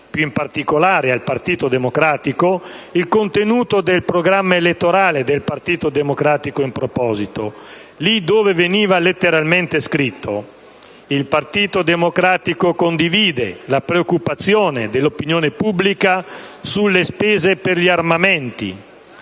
più in particolare al Partito Democratico, il contenuto del programma elettorale del Partito Democratico in proposito, lì dove veniva letteralmente scritto: «Il Partito Democratico condivide la preoccupazione dell'opinione pubblica sulle spese per gli armamenti.